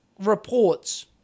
reports